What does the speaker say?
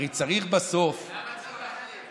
הרי צריך בסוף, למה צריך להחליט?